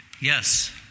Yes